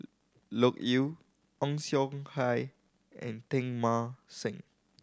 Loke Yew Ong Siong Kai and Teng Mah Seng